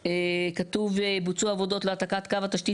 - כתוב "בוצעו עבודות להעתקת קו התשתית